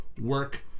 work